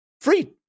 Free